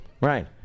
right